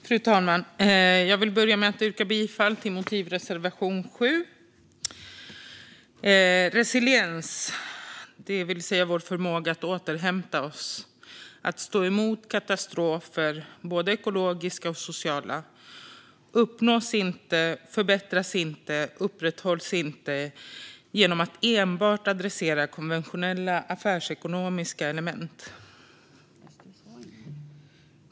Fru talman! Jag vill börja med att yrka bifall till motivreservation 7. Resiliens - vår förmåga att återhämta oss och stå emot katastrofer, både ekologiska och sociala - uppnås inte, förbättras inte och upprätthålls inte genom att vi enbart adresserar konventionella affärsekonomiska element.